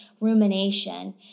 rumination